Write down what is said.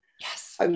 Yes